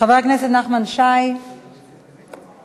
חבר הכנסת נחמן שי, בבקשה.